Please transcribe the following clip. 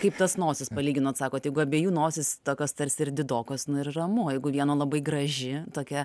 kaip tas nosis palyginot sakot jeigu abiejų nosys tokios tarsi ir didokos nu ir ramu jeigu vieno labai graži tokia